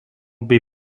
bei